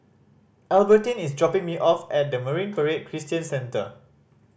Albertine is dropping me off at Marine Parade Christian Center